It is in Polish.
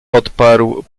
odparł